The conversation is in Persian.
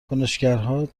کنشگرها